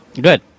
Good